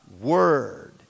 Word